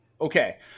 okay